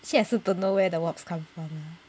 see I also don't know where the wasp come from